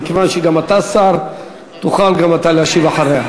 מכיוון שגם אתה שר, תוכל גם אתה להשיב אחריה.